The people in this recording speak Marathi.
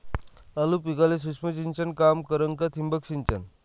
आलू पिकाले सूक्ष्म सिंचन काम करन का ठिबक सिंचन?